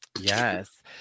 Yes